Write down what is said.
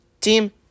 team